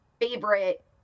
favorite